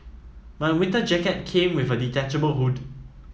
my winter jacket came with a detachable hood